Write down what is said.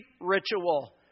ritual